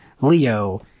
Leo